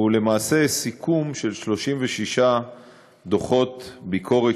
הוא למעשה סיכום של 36 דוחות ביקורת